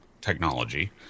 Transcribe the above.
technology